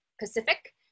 Pacific